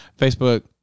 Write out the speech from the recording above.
Facebook